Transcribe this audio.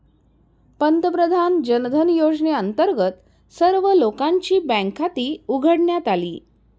पंतप्रधान जनधन योजनेअंतर्गत सर्व लोकांची बँक खाती उघडण्यात आली